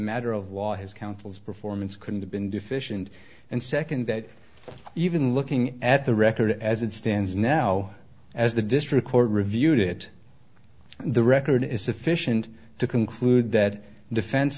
matter of law his counsel's performance could have been deficient and second that even looking at the record as it stands now as the district court reviewed it the record is sufficient to conclude that defense